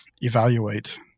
evaluate